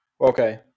Okay